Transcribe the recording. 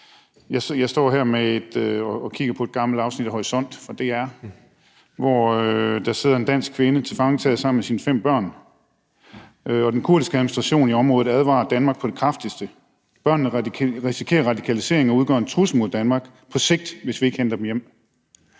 her sag. Man kan i et gammelt afsnit af Horisont fra DR se en dansk kvinde, der sidder tilfangetaget sammen med sine fem børn, og den kurdiske administration i området advarer Danmark på det kraftigste om, at børnene risikerer radikalisering, og at de på sigt udgør en trussel mod Danmark, hvis vi ikke henter dem hjem.